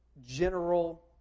general